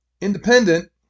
independent